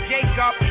Jacob